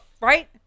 right